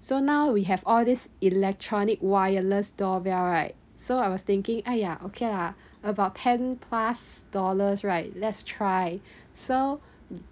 so now we have all these electronic wireless doorbell right so I was thinking !aiya! okay lah about ten plus dollars right let's try so